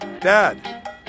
Dad